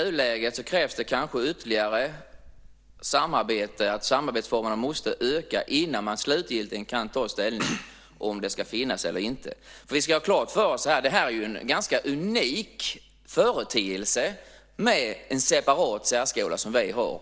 Herr talman! Överskådlig tid eller inte återstår att se. Jag står helt bakom det som Carlbeckkommittén har kommit fram till. I nuläget krävs det kanske ytterligare samarbete. Samarbetsformerna måste öka innan man slutgiltigt kan ta ställning till om det ska finnas eller inte. Vi ska ha klart för oss att det är en ganska unik företeelse att ha en separat särskola. Jag har